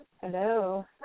Hello